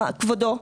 כבודו,